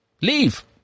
Leave